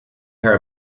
pair